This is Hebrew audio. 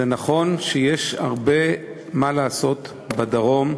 זה נכון שיש הרבה מה לעשות בדרום,